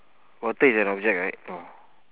water is an object right ah